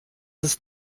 ist